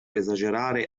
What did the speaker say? esagerare